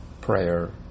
prayer